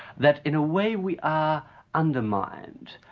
that in a way we are undermined.